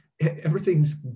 everything's